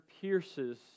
pierces